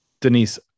Denise